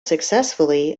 successfully